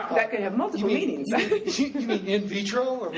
that could have multiple meanings. you mean, in vitro,